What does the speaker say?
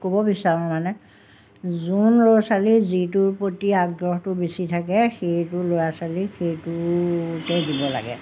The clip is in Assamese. ক'ব বিচাৰোঁ মানে যোন ল'ৰা ছোৱালী যিটোৰ প্ৰতি আগ্ৰহটো বেছি থাকে সেইটো ল'ৰা ছোৱালী সেইটোতে দিব লাগে